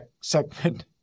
segment